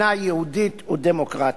כמדינה יהודית ודמוקרטית.